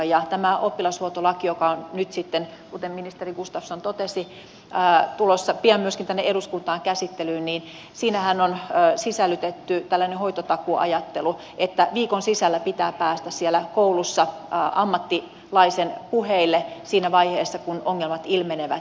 tähän oppilashuoltolakiinhan joka on nyt sitten kuten ministeri gustafsson totesi tulossa pian myöskin tänne eduskuntaan käsittelyyn on sisällytetty tällainen hoitotakuuajattelu että viikon sisällä pitää päästä siellä koulussa ammattilaisen puheille siinä vaiheessa kun ongelmat ilmenevät